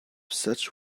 such